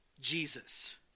Jesus